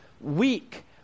weak